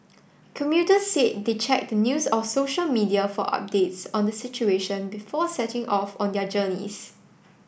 commuters said they checked the news or social media for updates on the situation before setting off on their journeys